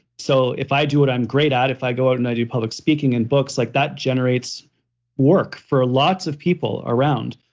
so, if i do what i'm great at, if i go out and i do public speaking and books, like that generates work for lots of people around.